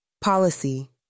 Policy